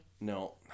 No